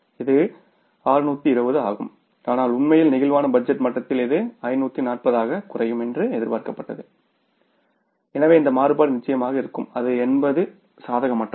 இது 620 ஆகும் ஆனால் உண்மையில் பிளேக்சிபிள் பட்ஜெட் மட்டத்தில் இது 540 ஆகக் குறையும் என்று எதிர்பார்க்கப்பட்டது எனவே இந்த மாறுபாடு நிச்சயமாக இருக்கும் அது 80 சாதகமற்றது